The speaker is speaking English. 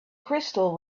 crystal